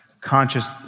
conscious